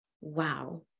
wow